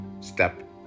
step